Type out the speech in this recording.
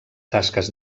tasques